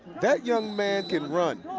that young man can run.